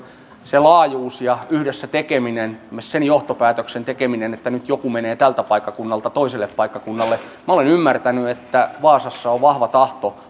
siitä laajuudesta ja yhdessä tekemisestä sen johtopäätöksen tekemisestä että nyt joku menee tältä paikkakunnalta toiselle paikkakunnalle minä olen ymmärtänyt että vaasassa on vahva tahto